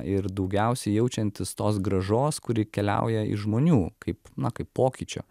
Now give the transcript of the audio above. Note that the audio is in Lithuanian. ir daugiausiai jaučiantis tos grąžos kuri keliauja iš žmonių kaip na kaip pokyčio